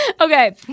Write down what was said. Okay